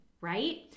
right